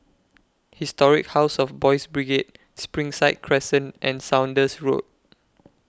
Historic House of Boys' Brigade Springside Crescent and Saunders Road